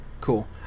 Cool